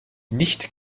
nicht